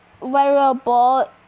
variable